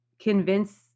convince